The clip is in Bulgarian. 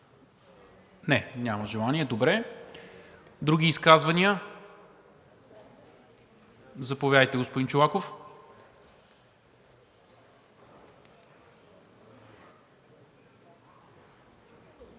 Няма желание. Други изказвания? Заповядайте, господин Чолаков.